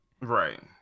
Right